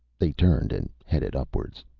they turned and headed upwards.